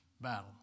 battle